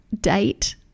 date